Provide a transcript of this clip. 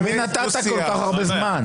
למי נתת כל כך הרבה זמן?